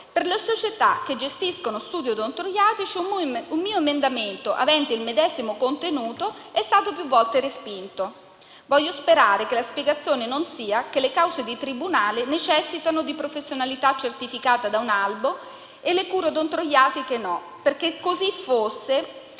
per le società che gestiscono studi odontoiatrici un mio emendamento avente il medesimo contenuto è stato più volte respinto. Voglio sperare che la spiegazione non sia che le cause di tribunale necessitano di professionalità certificata da un albo e le cure odontoiatriche no, perché forse